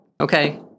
Okay